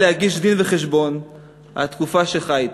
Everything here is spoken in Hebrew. להגיש דין-וחשבון על התקופה שחייתי,